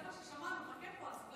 אחרי מה ששמענו, חכה פה.